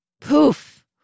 poof